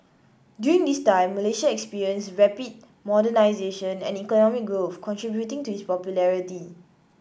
during this time Malaysia experienced rapid modernisation and economic growth contributing to his popularity